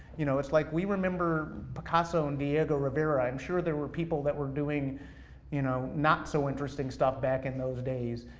you know, it's like we remember picasso and diego rivera, i'm sure there were people that were doing you know no so interesting stuff back in those days,